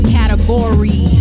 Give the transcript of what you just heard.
category